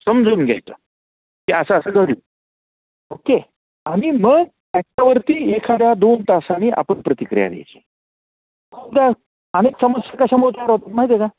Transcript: समजून घ्यायचं की असं असं घडलं ओके आणि मग त्याच्यावरती एखाद्या दोन तासाने आपण प्रतिक्रिया द्यायची अनेक समस्या कशामुळं तयार होतात माहीत आहे का